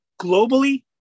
globally